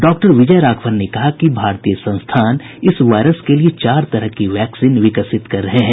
doctor Vijay Raghavan ने कहा कि भारतीय संस्थान इस वायरस के लिए चार तरह की वैक्सीन विकसित कर रहे हैं